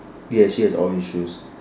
yes she has orange shoes